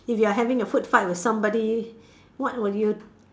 if you are having a food fight with somebody what would you